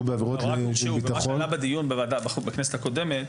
שהורשעו בעבירות --- קרה מצב בכנסת הקודמת,